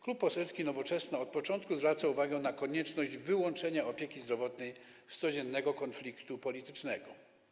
Klub Poselski Nowoczesna od początku zwraca uwagę na konieczność wyłączenia opieki zdrowotnej z codziennego konfliktu politycznego.